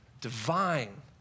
divine